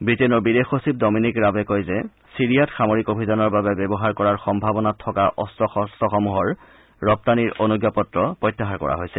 ৱিটেইনৰ বিদেশ সচিব ডমিনিক ৰাবে কয় যে চিৰিয়াত সামৰিক অভিযানৰ বাবে ব্যৱহাৰ কৰাৰ সম্ভাৱনা থকা অস্ত্ৰ শস্ত্ৰসমূহৰ ৰপ্তানিৰ অনুজ্ঞাপত্ৰ প্ৰত্যাহাৰ কৰা হৈছে